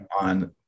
on